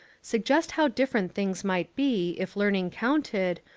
suggest how different things might be if learning count ed,